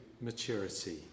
maturity